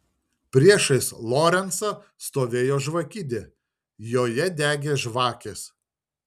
priešais lorencą stovėjo žvakidė joje degė žvakės